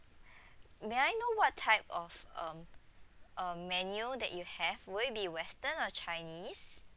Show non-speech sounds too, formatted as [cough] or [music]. [breath] may I know what type of um a menu that you have will it be western or chinese